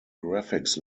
graphics